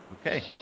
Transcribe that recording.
Okay